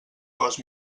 cos